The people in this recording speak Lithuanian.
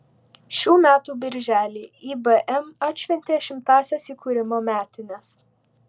šių metų birželį ibm atšventė šimtąsias įkūrimo metines